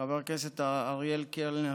חבר הכנסת אריאל קלנר,